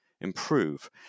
improve